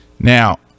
Now